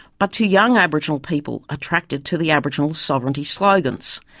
but to young aboriginal people attracted to the aboriginal sovereignty slogans.